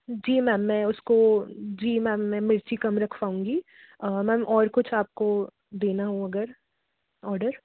जी ma'am मैं उसको जी मैम मैं मिर्ची कम रखवाऊँगी मैम और कुछ आपको देना हो अगर ऑर्डर